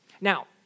Now